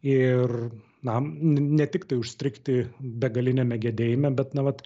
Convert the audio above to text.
ir na ne tiktai užstrigti begaliniame gedėjime bet na vat